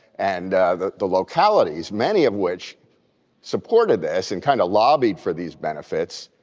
and the the localities many of which supported this and kind of lobbied for these benefits.